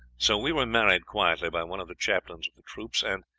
so we were married quietly by one of the chaplains of the troops, and,